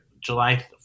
July